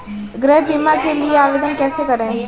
गृह बीमा के लिए आवेदन कैसे करें?